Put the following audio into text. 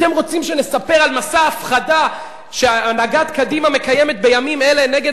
אתם רוצים שנספר על מסע ההפחדה שהנהגת קדימה מקיימת בימים אלה נגד